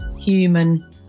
human